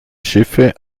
schiffe